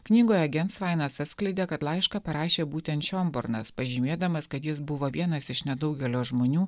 knygoje gensvainas atskleidė kad laišką parašė būtent šiomburnas pažymėdamas kad jis buvo vienas iš nedaugelio žmonių